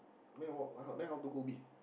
I mean what how then how to go Ubi